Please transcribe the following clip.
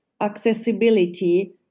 accessibility